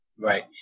Right